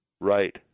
Right